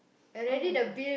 !oh-my-God!